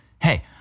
hey